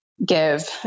give